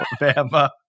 Alabama